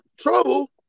Trouble